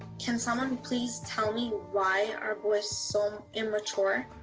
can someone please tell me why are boys so immature?